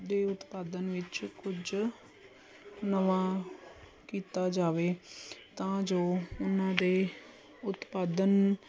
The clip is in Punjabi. ਦੇ ਉਤਪਾਦਨ ਵਿੱਚ ਕੁਝ ਨਵਾਂ ਕੀਤਾ ਜਾਵੇ ਤਾਂ ਜੋ ਉਹਨਾਂ ਦੇ ਉਤਪਾਦਨ